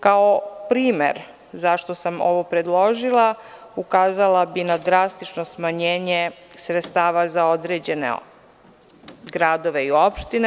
Kao primer zašto sam ovo predložila, ukazala bi na drastično smanjenje sredstava za određene gradove i opštine.